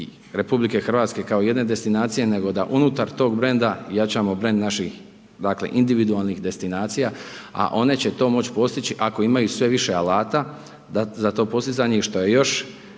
jednom brendu RH kao jedne destinacije, nego da unutar tog brenda jačamo brend naših, dakle, individualnih destinacija, a one će to moć postići ako imaju sve više alata za to postizanje i što je još